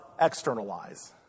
externalize